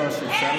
איזו בושה.